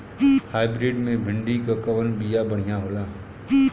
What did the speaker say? Hybrid मे भिंडी क कवन बिया बढ़ियां होला?